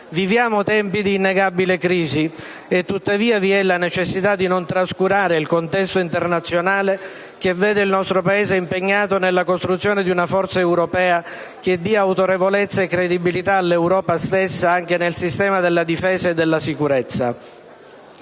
Viviamo tempi di innegabile crisi e, tuttavia, vi è la necessità di non trascurare il contesto internazionale che vede il nostro Paese impegnato nella costruzione di una forza europea che dia autorevolezza e credibilità all'Europa stessa anche nel sistema della difesa e della sicurezza.